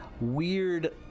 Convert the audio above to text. weird